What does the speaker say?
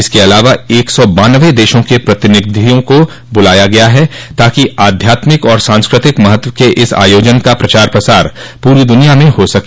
इसके अलावा एक सौ बानबे देशों के प्रतिनिधियों को बुलाया गया है ताकि आध्यात्मिक और सांस्कृतिक महत्व के इस आयोजन का प्रचार प्रसार पूरी दुनिया में हो सके